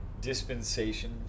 dispensation